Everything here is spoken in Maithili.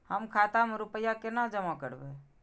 हम खाता में रूपया केना जमा करबे?